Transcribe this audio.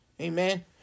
amen